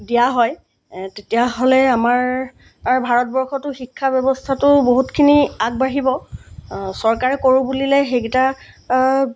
দিয়া হয় তেতিয়াহ'লে আমাৰ ভাৰতবৰ্ষতো শিক্ষা ব্যৱস্থাটো বহুতখিনি আগবাঢ়িব চৰকাৰে কৰোঁ বুলিলে সেইকেইটা